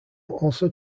also